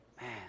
man